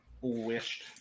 wished